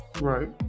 Right